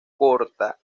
corta